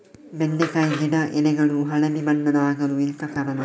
ಬೆಂಡೆಕಾಯಿ ಗಿಡ ಎಲೆಗಳು ಹಳದಿ ಬಣ್ಣದ ಆಗಲು ಎಂತ ಕಾರಣ?